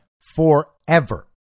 forever